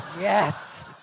Yes